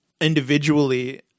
individually